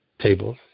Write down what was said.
tables